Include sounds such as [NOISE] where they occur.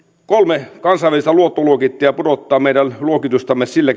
kolme kansainvälistä luottoluokittajaa pudottaa meidän luokitustamme sillä [UNINTELLIGIBLE]